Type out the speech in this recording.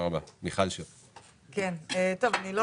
דיברתי אתמול עם